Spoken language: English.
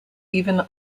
even